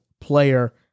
player